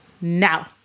now